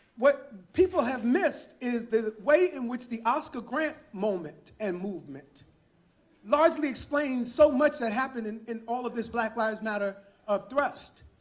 what people have missed is the way in which the oscar grant moment and movement largely explains so much that happened in in all of this black lives matter of thrust.